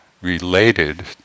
related